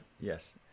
yes